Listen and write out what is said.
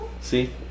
See